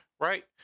Right